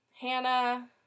Hannah